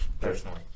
personally